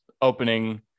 opening